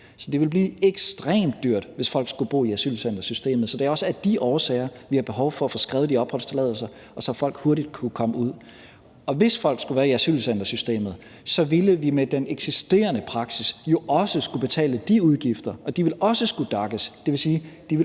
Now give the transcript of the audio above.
det ville blive ekstremt dyrt, hvis folk skulle bo i asylcentersystemet. Så det er også af de årsager, vi har behov for at få skrevet de opholdstilladelser, så folk hurtigt kan komme ud. Og hvis folk skulle være i asylcentersystemet, ville vi jo med den eksisterende praksis også skulle betale de udgifter, og de ville også skulle DAC'es.